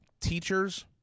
teachers